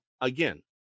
again